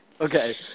Okay